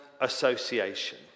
association